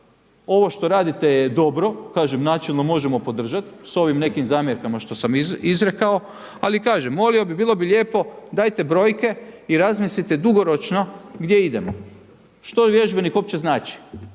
ovo što radite je dobro, kažem načelno možemo podržat s ovim nekim zamjerkama što sam izrekao, ali kažem, molio bih, bilo bi lijepo dajte brojke i razmislite dugoročno gdje idemo. Što vježbenik uopće znači?